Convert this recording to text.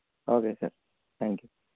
okay sir thank you